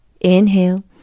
inhale